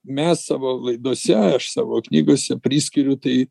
mes savo laidose aš savo knygose priskiriu tai